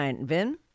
Vin